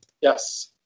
Yes